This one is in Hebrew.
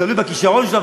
תלוי בכישרון שלו,